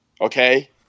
okay